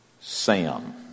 sam